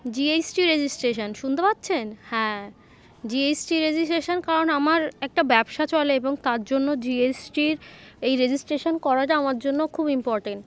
জি S T registration শুনতে পাচ্ছেন হ্যাঁ জি এস টি রেজিস্ট্রেশন কারণ আমার একটা ব্যবসা চলে এবং তার জন্য জি এস টির এই রেজিস্ট্রেশন করাটা আমার জন্য খুব ইম্পর্ট্যান্ট